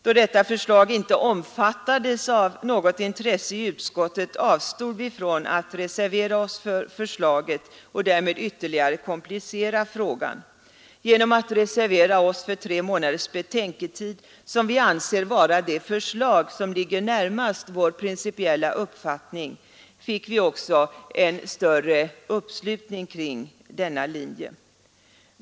Då detta förslag inte omfattades av något intresse i utskottet, avstod vi från att reservera oss för förslaget och därmed ytterligare komplicera frågan. Genom att reservera oss för tre månaders betänketid, som vi anser vara det förslag som ligger närmast vår principiella uppfattning, fick vi också en större uppslutning kring denna linje.